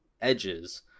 edges